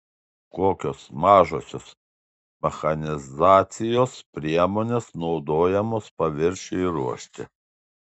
kokios mažosios mechanizacijos priemonės naudojamos paviršiui ruošti